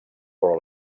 però